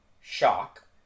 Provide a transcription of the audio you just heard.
shock